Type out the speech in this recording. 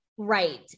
Right